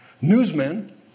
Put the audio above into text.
newsmen